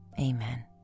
amen